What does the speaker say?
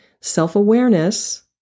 self-awareness